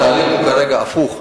התהליך הוא כרגע הפוך.